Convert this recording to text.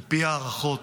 על פי ההערכות,